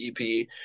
EP